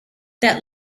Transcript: that